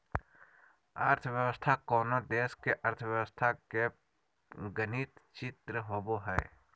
अर्थव्यवस्था कोनो देश के अर्थव्यवस्था के गणित चित्र होबो हइ